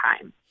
Time